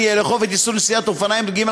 שיהיה אפשר לאכוף את איסור נסיעת אופניים רגילים